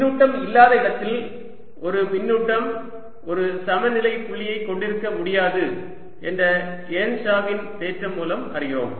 மின்னூட்டம் இல்லாத இடத்தில் ஒரு மின்னூட்டம் ஒரு சமநிலை புள்ளியைக் கொண்டிருக்க முடியாது என்ற எர்ன்ஷாவின் தேற்றம் மூலம் அறிகிறோம்